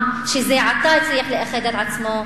אין מה לפחד מהעם שזה עתה הצליח לאחד את עצמו.